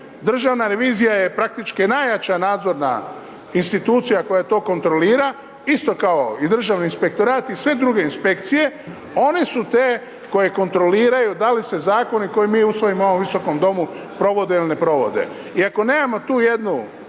državna revizija je praktički najjača nadzorna institucija koja to kontrolira, isto kao i Državni inspektorat i sve druge inspekcije, one su te koje kontroliraju da li se zakoni koje mi usvojimo u ovom Visokom domu provode ili ne provode i ako nemamo tu jednu